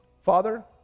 Father